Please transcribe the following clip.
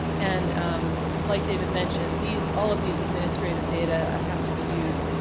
and um like david mentioned these all of these administrative data have to be used.